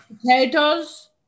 Potatoes